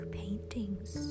paintings